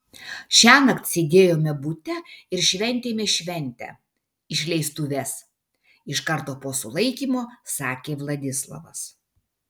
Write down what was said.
šiąnakt sėdėjome bute ir šventėme šventę išleistuves iš karto po sulaikymo sakė vladislavas